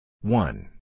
One